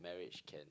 marriage can